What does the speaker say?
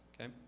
Okay